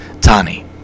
Tani